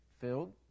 filled